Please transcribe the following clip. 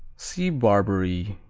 see burgundy.